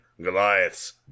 Goliaths